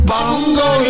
Bongo